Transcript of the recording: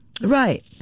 Right